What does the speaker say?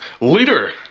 leader